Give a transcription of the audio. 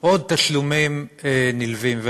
עוד תשלומים נלווים.